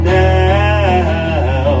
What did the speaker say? now